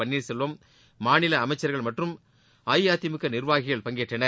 பள்ளீர் செல்வம் மாநில அமைச்சர்கள் மற்றும் அஇஅதிமுக நிர்வாகிகள் பங்கேற்றனர்